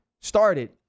started